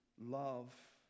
love